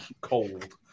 cold